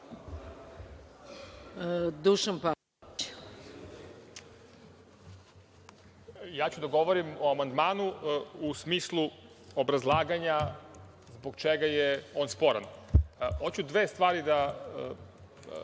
**Dušan Pavlović** Govoriću o amandmanu u smislu obrazlaganja zbog čega je on sporan.